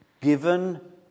given